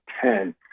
Ten